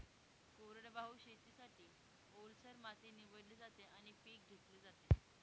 कोरडवाहू शेतीसाठी, ओलसर माती निवडली जाते आणि पीक घेतले जाते